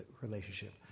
relationship